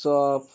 chop